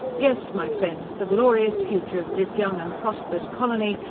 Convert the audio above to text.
yes, my friends, the glorious future of this young and prosperous colony,